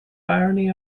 irony